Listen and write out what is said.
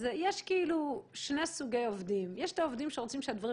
יש שני סוגי עובדים: יש את העובדים שרוצים שהדברים